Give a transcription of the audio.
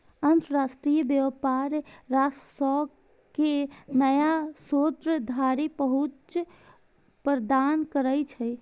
अंतरराष्ट्रीय व्यापार राजस्व के नया स्रोत धरि पहुंच प्रदान करै छै